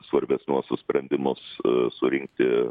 svarbesniuosius sprendimus surinkti